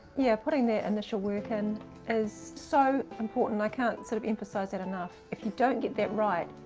yeah, putting the initial work in is so important. i can't sort of emphasise that enough. if you don't get that right,